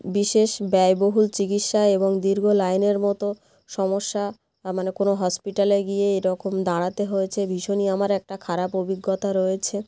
বিশেষ ব্যয়বহুল চিকিৎসা এবং দীর্ঘ লাইনের মতো সমস্যা মানে কোনো হসপিটালে গিয়ে এরকম দাঁড়াতে হয়েছে ভীষণই আমার একটা খারাপ অভিজ্ঞতা রয়েছে